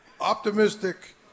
optimistic